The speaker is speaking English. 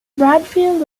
bradfield